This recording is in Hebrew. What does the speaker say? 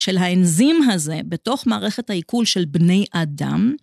של האנזים הזה בתוך מערכת העיכול של בני אדם